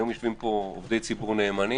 היום יושבים פה עובדי ציבור נאמנים,